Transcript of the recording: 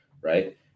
Right